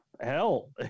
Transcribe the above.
hell